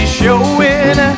showing